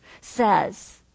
says